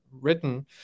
written